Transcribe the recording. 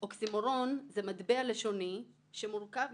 התשובה היא משום שהתיקון שלפנינו מבקש ליצור